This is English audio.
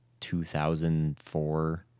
2004